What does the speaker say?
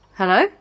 Hello